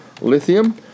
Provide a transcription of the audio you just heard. lithium